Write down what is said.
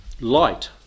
light